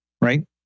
Right